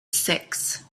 six